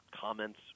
comments